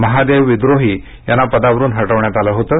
महादेव विद्रोही यांना पदावरून हटवण्यात आलं होतं